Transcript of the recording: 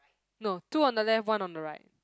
no two on the left one on the right